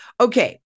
Okay